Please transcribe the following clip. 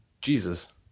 jesus